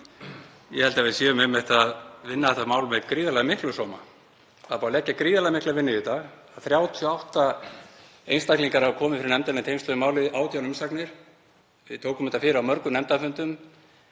Ég held að við séum einmitt að vinna þetta mál með gríðarlega miklum sóma. Það er búið að leggja gríðarlega mikla vinnu í það. 38 einstaklingar hafa komið fyrir nefndina í tengslum við málið, 18 umsagnir. Við tókum málið fyrir á mörgum nefndarfundum.